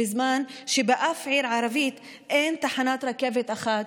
בזמן שבאף עיר ערבית אין תחנת רכבת אחת.